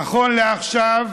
נכון לעכשיו,